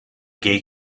gay